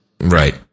Right